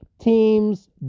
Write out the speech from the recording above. teams